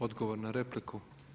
Odgovor na repliku.